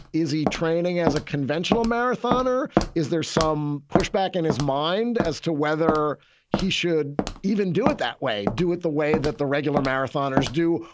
is he training as a conventional marathoner? is there some pushback in his mind as to whether he should even do it that way, do it the way that the regular marathoners do?